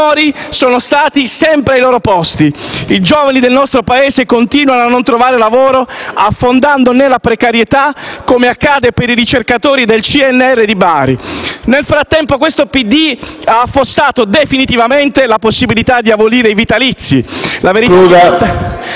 sono sempre ai loro posti, mentre i giovani del nostro Paese continuano a non trovare lavoro, affondando nella precarietà, come accade per i ricercatori del CNR di Bari. E, nel frattempo, questo PD ha affossato definitivamente la possibilità di abolire i vitalizi. La verità